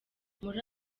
muri